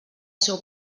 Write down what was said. seu